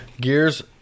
Gears